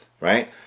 Right